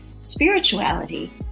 spirituality